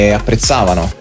apprezzavano